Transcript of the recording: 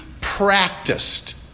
practiced